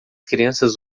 crianças